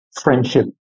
friendship